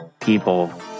people